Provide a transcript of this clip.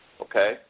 okay